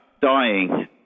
dying